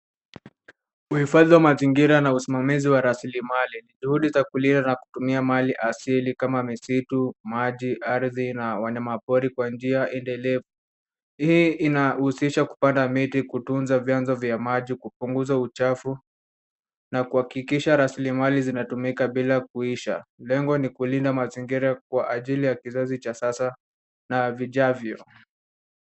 Uhifadhi wa mazingira na usimamizi wa rasilimali. Juhudi za kulinda na kutumia mali asili kama misitu, maji, ardhi na wanyamapori kwa njia edelevu. Hii inahusisha kupanda miti, kutunza vianzo vya maji, kupunguza uchafu, na kuhakikisha rasilimali zinatumika bila kuisha. Lengo ni kulinda mazingira kwa ajili ya kizazi cha sasa na vijavyo.